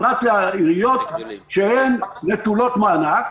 פרט לעיריות שהן נטולות מענק,